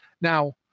Now